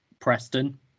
Preston